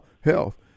health